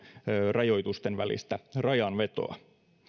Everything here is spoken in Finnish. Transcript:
rajoitusten välistä rajanvetoa